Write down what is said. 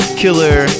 killer